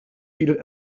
viel